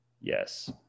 yes